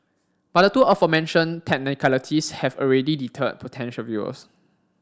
but the two aforementioned technicalities have already deterred potential viewers